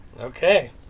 Okay